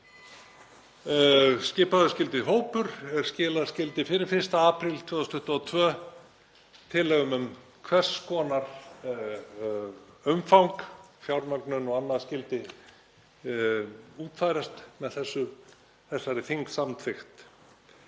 Skipaður skyldi hópur er skila skyldi fyrir 1. apríl 2022 tillögum um hvers konar umfang, fjármögnun og annað, skyldi útfærast með þessari þingsamþykkt.